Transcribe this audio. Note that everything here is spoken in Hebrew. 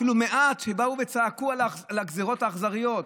אפילו מעט שצעקו על הגזרות האכזריות.